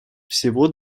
всего